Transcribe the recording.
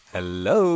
Hello